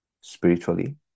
spiritually